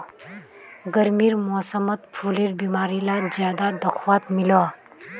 गर्मीर मौसमोत फुलेर बीमारी ला ज्यादा दखवात मिलोह